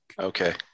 Okay